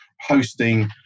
hosting